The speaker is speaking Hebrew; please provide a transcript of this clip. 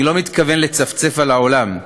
אני לא מתכוון לצפצף על העולם,